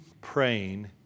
praying